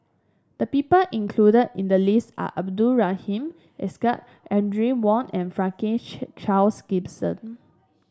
the people included in the list are Abdul Rahim Ishak Audrey Wong and Franklin Charles Gimson